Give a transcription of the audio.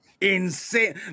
insane